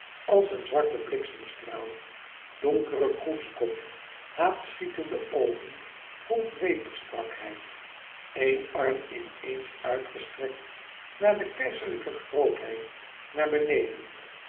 als een zwarte bliksemstraal donkere kroeskop haatschietende oogen vol dwepersstrakheid één arm ineens uitgestrekt naar de keizerlijke grootheid daar beneden